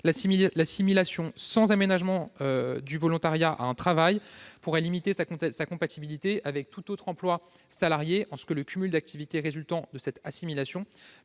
l'assimilation sans aménagement du volontariat à un travail pourrait limiter sa compatibilité avec tout autre emploi salarié en ce que le cumul d'activités résultant de cette assimilation